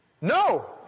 No